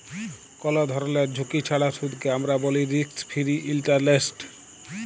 call ধরলের ঝুঁকি ছাড়া সুদকে আমরা ব্যলি রিস্ক ফিরি ইলটারেস্ট